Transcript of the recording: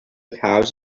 house